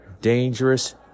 dangerous